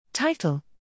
Title